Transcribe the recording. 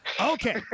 Okay